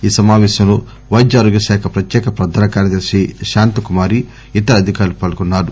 ఈ సమావేశంలో వైద్య ఆరోగ్యశాఖ ప్రత్యేక ప్రధాన కార్యదర్శి శాంతకుమారి ఇతర అధికారులు పాల్గొన్నారు